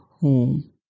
home